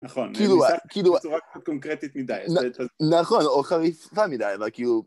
נכון, זה מנוסח בצורה קצת קונקרטית מדי. נכון, או חריפה מדי, אבל כאילו...